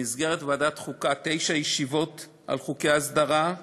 במסגרת ועדת החוקה, תשע ישיבות על חוקי ההסדרה,